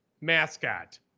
mascot